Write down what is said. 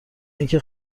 اینکه